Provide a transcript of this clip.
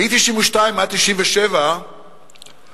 מ-1992 עד 1997 התחיל,